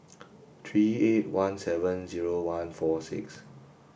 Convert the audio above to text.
three eight one seven zero one four six